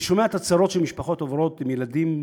אני שומע את הצרות שמשפחות עם ילדים עוברות,